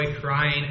crying